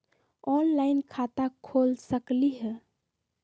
Online खाता खोल सकलीह?